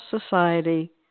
Society